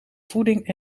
voeding